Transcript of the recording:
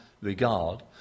regard